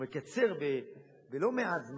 יקצר בלא-מעט זמן,